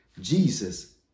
jesus